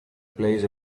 plays